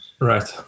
Right